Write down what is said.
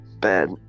Bad